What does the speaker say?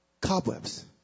cobwebs